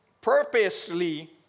purposely